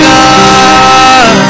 God